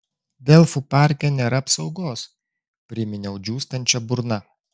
delfų parke nėra apsaugos priminiau džiūstančia burna